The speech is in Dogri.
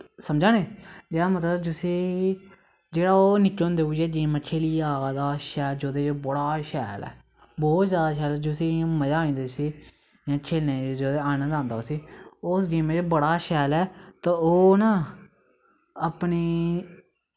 समझा ने जेह्ड़ा मतलव जिसी जेह्ड़ा ओह् निक्के होंदे दा गेमां खेली जा दा जेह्दे च बड़ा शैल ऐ बौह्त जादा शैल ऐ मजा आई जंदा जिसी खेलनें इ'यां आनें आंदा उस्सी उस गेमें च बड़ा शैल ऐ ते ओह् ना अपनी